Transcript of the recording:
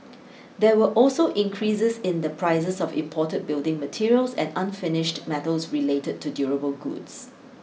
there were also increases in the prices of imported building materials and unfinished metals related to durable goods